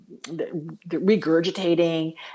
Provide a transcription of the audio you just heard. regurgitating